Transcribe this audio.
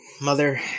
mother